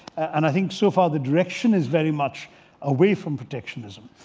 and i think so far the direction is very much away from protectionism.